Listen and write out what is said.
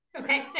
Okay